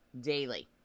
daily